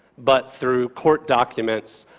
but through court documents,